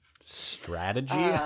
Strategy